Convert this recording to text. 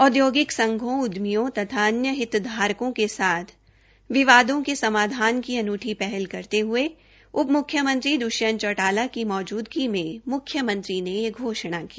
औद्योगिक संघों उद्यमियों तथा अन्य हित धारकों के साथ विवादों के समाधान की अनूठी पहल करते हूये उप मुख्यमंत्री द्वष्यंत चौटाला की मौजूदगी में मुख्यमंत्री ने यह घोषणा की